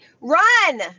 run